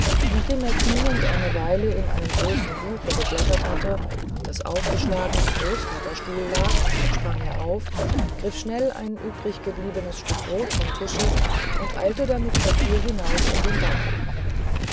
nachdem er kniend eine weile in einem großen buche geblättert hatte das aufgeschlagen im großvaterstuhl lag sprang er auf griff schnell ein übriggebliebenes stück brot vom tische und eilte damit zur tür hinaus in den garten